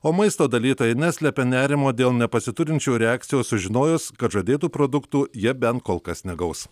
o maisto dalytojai neslepia nerimo dėl nepasiturinčių reakcijos sužinojus kad žadėtų produktų jie bent kol kas negaus